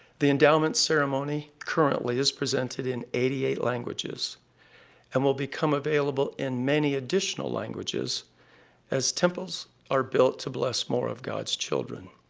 the endowment ceremony currently is presented in eighty eight languages and will become available in many additional languages as temples are built to bless more of god's children.